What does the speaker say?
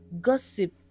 gossip